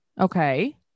Okay